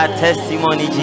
testimony